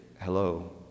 hello